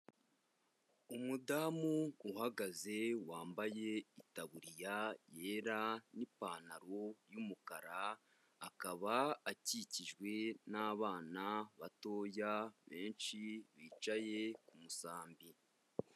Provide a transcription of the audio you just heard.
Umudamu uhagaze wambaye itaburiya yera n'ipantaro y'umukara, akaba akikijwe n'abana batoya benshi bicaye ku musambi.